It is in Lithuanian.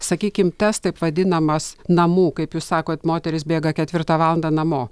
sakykim tas taip vadinamas namų kaip jūs sakot moterys bėga ketvirtą valandą namo